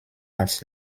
als